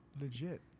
Legit